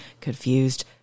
confused